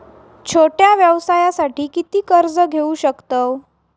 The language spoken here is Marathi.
छोट्या व्यवसायासाठी किती कर्ज घेऊ शकतव?